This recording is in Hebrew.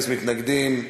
אין מתנגדים,